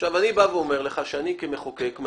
ואומר לך: